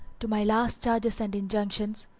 to my last charges and injunctions,